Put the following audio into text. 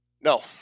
no